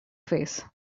face